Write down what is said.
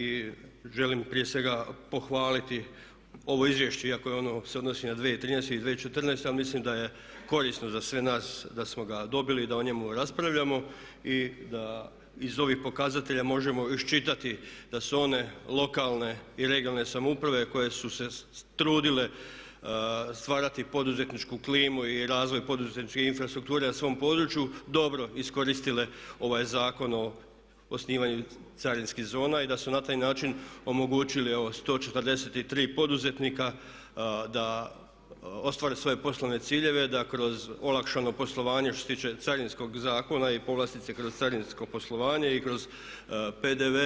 I želim prije svega pohvaliti ovo izvješće iako se ono odnosi na 2013. i 2014., ja mislim da je korisno za sve nas da smo ga dobili i da o njemu raspravljamo i da iz ovih pokazatelja možemo iščitati da su one lokalne i regionalne samouprave koje su se trudile stvarati poduzetničku klimu i razvoj poduzetničke infrastrukture na svom području dobro iskoristile ovaj Zakon o osnivanju carinskih zona i da su na taj način omogućili evo 143 poduzetnika da ostvare svoje poslovne ciljeve, da kroz olakšano poslovanje što se tiče carinskog zakona i povlastice kroz carinsko poslovanje i kroz PDV